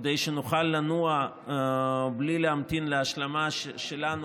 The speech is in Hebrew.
כדי שנוכל לנוע בלי להמתין להשלמה שלנו